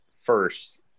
first